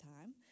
time